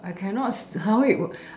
I cannot !huh! wait